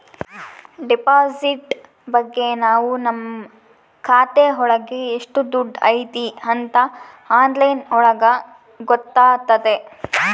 deposit ಬಗ್ಗೆ ನಾವ್ ನಮ್ ಖಾತೆ ಒಳಗ ಎಷ್ಟ್ ದುಡ್ಡು ಐತಿ ಅಂತ ಆನ್ಲೈನ್ ಒಳಗ ಗೊತ್ತಾತತೆ